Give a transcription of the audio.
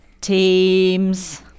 teams